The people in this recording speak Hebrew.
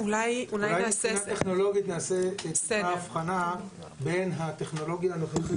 אולי מבחינה טכנולוגית נעשה טיפה אבחנה בין הטכנולוגיה הנוכחית